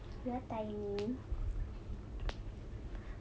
you are tiny